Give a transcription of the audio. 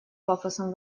пафосом